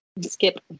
Skip